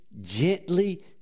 gently